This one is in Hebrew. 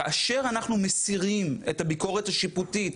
כאשר אנחנו מסירים את הביקורת השיפוטית,